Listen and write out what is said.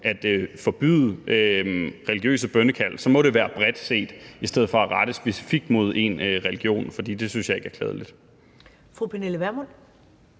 at forbyde religiøse bønnekald, må det være bredt set i stedet for at rette det specifikt mod én religion, for det synes jeg ikke er klædeligt.